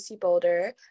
Boulder